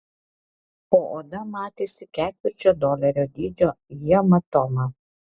po oda matėsi ketvirčio dolerio dydžio hematoma